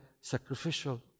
sacrificial